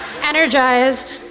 Energized